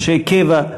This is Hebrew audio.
אנשי קבע,